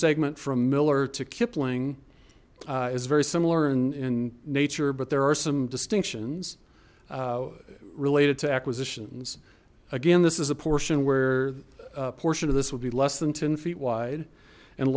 segment from miller to kipling is very similar in nature but there are some distinctions related to acquisitions again this is a portion where portion of this would be less than ten feet wide and